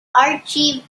achieved